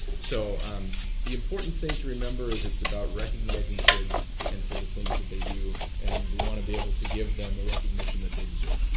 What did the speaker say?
so um the important thing to remember is it's about recognizing kids and for the things that they do and i want to be able to give them the recognition that they deserve.